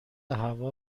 هوا